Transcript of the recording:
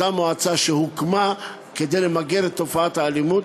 אותה מועצה שהוקמה כדי למגר את תופעת האלימות,